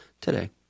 today